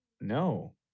No